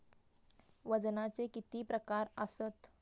वजनाचे किती प्रकार आसत?